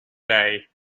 day